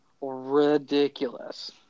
ridiculous